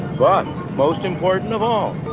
but most important of all,